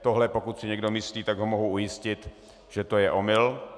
Tohle pokud si někdo myslí, tak ho mohu ujistit, že to je omyl.